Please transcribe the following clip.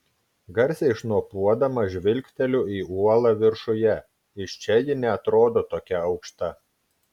garsiai šnopuodama žvilgteliu į uolą viršuje iš čia ji neatrodo tokia aukšta